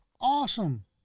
awesome